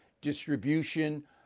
distribution